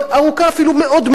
ארוכה אפילו מאוד מאוד,